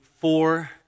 four